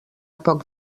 poc